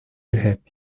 rap